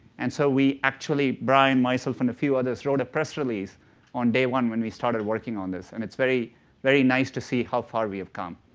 and so we actually, brian, myself, and a few others wrote a press release on day one when we started working on this. and it's very very nice to see how far we have come.